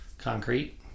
concrete